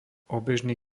obežný